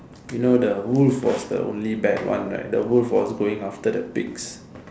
you know the wolf was the only bad one right the wolf was going after the pigs